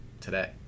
today